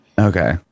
Okay